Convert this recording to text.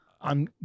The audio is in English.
I'm-